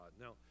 now